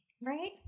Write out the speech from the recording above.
Right